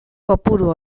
kopuru